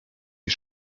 die